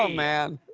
ah man.